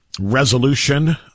Resolution